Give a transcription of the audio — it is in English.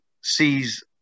sees